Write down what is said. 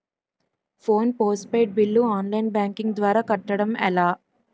Phone postpaid bill online banking ద్వారా కట్టడం ఎలా?